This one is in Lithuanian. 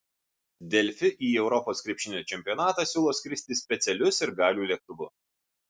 delfi į europos krepšinio čempionatą siūlo skristi specialiu sirgalių lėktuvu